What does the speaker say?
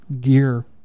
gear